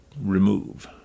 remove